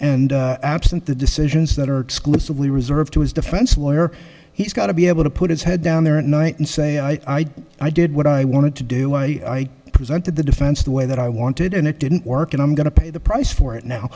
and absent the decisions that are exclusively reserved to his defense lawyer he's got to be able to put his head down there at night and say i i did what i wanted to do i presented the defense the way that i wanted and it didn't work and i'm going to pay the price for